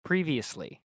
Previously